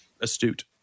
astute